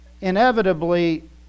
inevitably